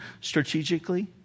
strategically